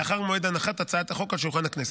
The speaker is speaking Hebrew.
לאחר מועד הנחת הצעת החוק על שולחן הכנסת.